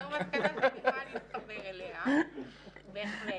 זו מסקנה שאני יכולה להתחבר אליה, בהחלט.